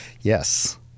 yes